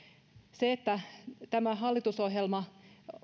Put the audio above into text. se että tämä hallitusohjelma